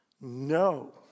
no